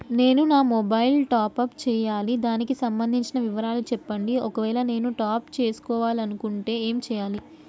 నేను నా mobile top up చేయాలి దానికి సంబంధించిన వివరాలు చెప్పండి ఒకవేళ నేను టాప్ చేసుకోవాలనుకుంటే ఏం చేయాలి?